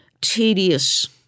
tedious